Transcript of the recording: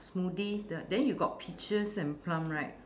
smoothie the then you got peaches and plum right